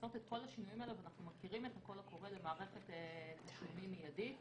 אנחנו מכירים את הקול הקורא למערכת תשלומים מיידית,